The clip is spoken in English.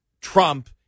Trump